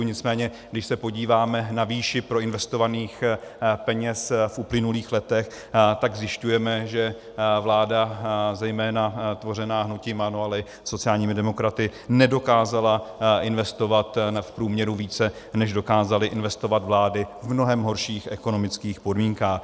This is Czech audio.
Nicméně když se podíváme na výše proinvestovaných peněz v uplynulých letech, tak zjišťujeme, že vláda, zejména tvořená hnutím ANO, ale i sociálními demokraty, nedokázala investovat v průměru více, než dokázaly investovat vlády v mnohem horších ekonomických podmínkách.